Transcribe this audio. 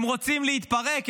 הם רוצים להתפרק,